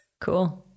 Cool